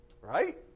Right